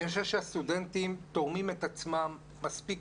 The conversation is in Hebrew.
אני חושב שהסטודנטים תורמים את עצמם מספיק